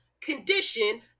condition